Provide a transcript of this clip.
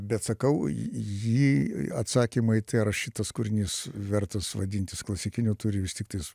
bet sakau į jį atsakymą į tai ar šitas kūrinys vertas vadintis klasikiniu turi vis tiktais